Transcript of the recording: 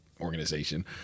Organization